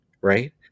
Right